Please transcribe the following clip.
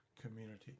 community